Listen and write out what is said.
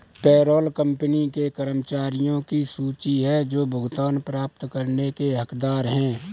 payroll company के कर्मचारियों की सूची है जो भुगतान प्राप्त करने के हकदार हैं